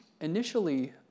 Initially